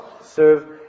serve